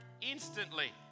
instantly